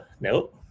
Nope